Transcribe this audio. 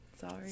Sorry